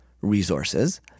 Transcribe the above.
resources